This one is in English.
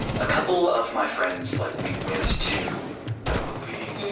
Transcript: a couple of my friends, like we went to the movie,